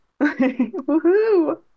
Woohoo